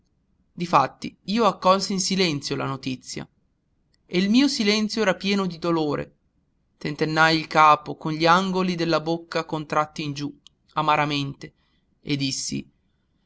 difatti io accolsi in silenzio la notizia e il mio silenzio era pieno di dolore tentennai il capo con gli angoli della bocca contratti in giù amaramente e dissi